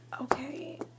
Okay